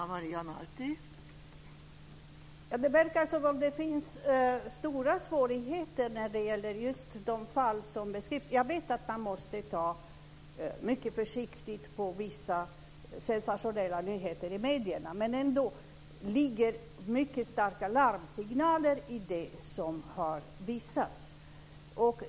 Fru talman! Det verkar som om det finns stora svårigheter när det gäller just de fall som beskrivs. Jag vet att man måste ta mycket försiktigt på vissa sensationella nyheter i medierna, men det ligger ändå mycket starka larmsignaler i det som har visats.